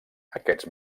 aquests